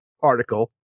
article